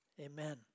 Amen